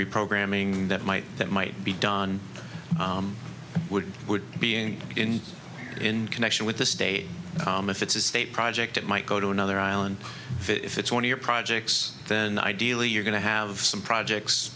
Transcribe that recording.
reprogramming that might that might be done would be an in in connection with the state com if it's a state project it might go to another island if it's on your projects then ideally you're going to have some projects